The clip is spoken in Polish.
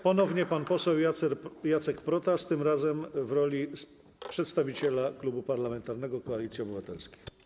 Ponownie pan poseł Jacek Protas, tym razem w roli przedstawiciela Klubu Parlamentarnego Koalicji Obywatelskiej.